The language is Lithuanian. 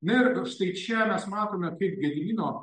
na ir štai čia mes matome kaip gedimino